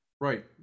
Right